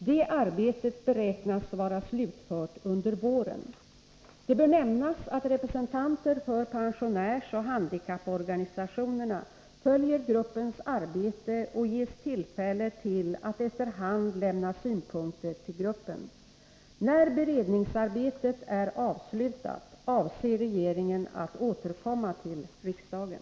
Det arbetet beräknas vara slutfört under våren. Det bör nämnas att representanter för pensionärsoch handikapporganisationerna följer gruppens arbete och ges tillfälle till att efter hand lämna synpunkter till gruppen. När beredningsarbetet är avslutat, avser regeringen att återkomma till riksdagen.